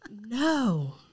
no